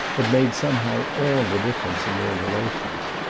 had made somehow all the difference in their relations.